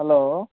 hello